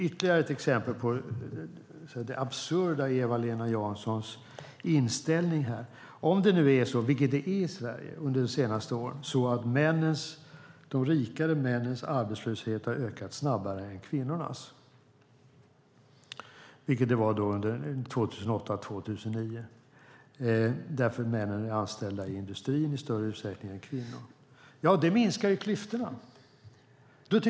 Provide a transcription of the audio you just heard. Ytterligare ett exempel på det absurda i Eva-Lena Janssons inställning här: Om det nu är så, vilket det varit i Sverige under de senaste åren, att de rikare männens arbetslöshet ökat snabbare än kvinnornas - så var det åren 2008 och 2009 eftersom män i större utsträckning än kvinnor är anställda i industrin - minskar klyftorna.